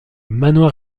manoir